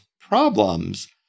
problems